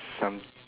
some